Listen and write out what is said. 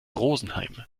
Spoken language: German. rosenheim